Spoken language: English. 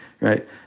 right